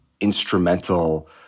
instrumental